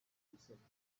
ibisabwa